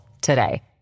today